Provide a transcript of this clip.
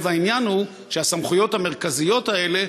לב העניין הוא שהסמכויות המרכזיות האלה